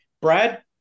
Brad